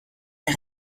der